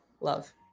Love